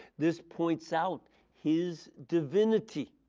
this points out his divinity